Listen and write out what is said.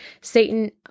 Satan